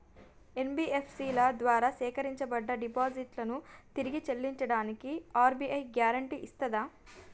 NBFC ల ద్వారా సేకరించబడ్డ డిపాజిట్లను తిరిగి చెల్లించడానికి ఆర్.బి.ఐ గ్యారెంటీ ఇస్తదా?